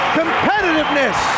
competitiveness